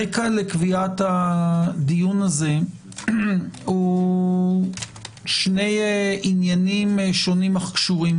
הרקע לקביעת הדיון הזה הוא שני עניינים שונים אך קשורים.